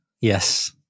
Yes